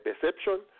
perception